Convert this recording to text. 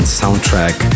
soundtrack